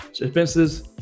expenses